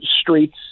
streets